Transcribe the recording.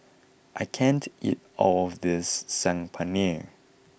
I can't eat all of this Saag Paneer